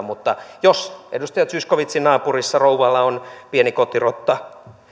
mutta jos edustaja zyskowiczin naapurissa rouvalla on pieni kotirotta niin